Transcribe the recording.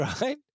right